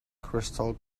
crystal